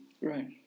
Right